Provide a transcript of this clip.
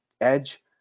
edge